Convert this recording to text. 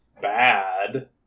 bad